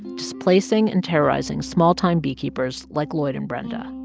displacing and terrorizing small-time beekeepers like lloyd and brenda.